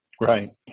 Right